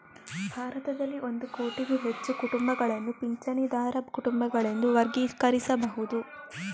ಭಾರತದಲ್ಲಿ ಒಂದು ಕೋಟಿಗೂ ಹೆಚ್ಚು ಕುಟುಂಬಗಳನ್ನು ಪಿಂಚಣಿದಾರ ಕುಟುಂಬಗಳೆಂದು ವರ್ಗೀಕರಿಸಬಹುದು